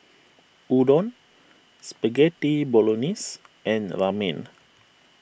Udon Spaghetti Bolognese and Ramen